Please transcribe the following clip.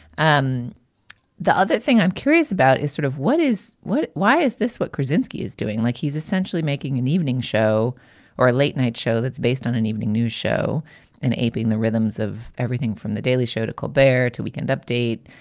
um the other thing i'm curious about is sort of what is what why is this what brzezinski is doing? like he's essentially making an evening show or a late night show that's based on an evening news show and aping the rhythms of everything from the daily show to compare to weekend update,